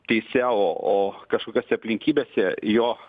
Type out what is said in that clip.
teise o o kažkokiose aplinkybėse jo